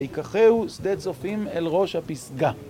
וייקחהו שדה צופים אל ראש הפסגה.